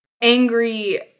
angry